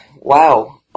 wow